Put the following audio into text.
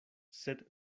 sed